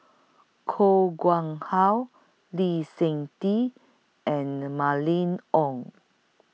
Koh Nguang How Lee Seng Tee and Mylene Ong